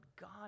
God